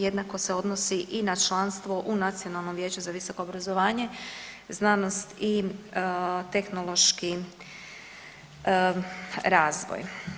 Jednako se odnosi i na članstvo u Nacionalnom vijeću za visoko obrazovanje, znanost i tehnološki razvoj.